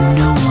no